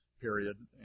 period